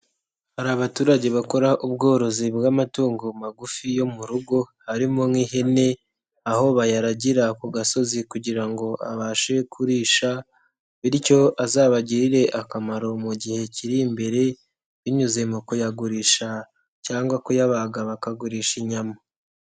Hari abaturage bakora ubworozi bw'amatungo magufi yo mu rugo harimo nk'ihene aho bayaragira ku gasozi kugira ngo abashe kurisha bityo azabagirire akamaro mu gihe kiri imbere binyuze mu kuyagurisha cyangwa kuyabaga bakagurisha inyama.